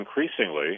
increasingly